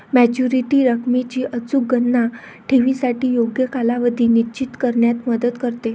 maturity रकमेची अचूक गणना ठेवीसाठी योग्य कालावधी निश्चित करण्यात मदत करते